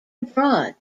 abroad